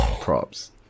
props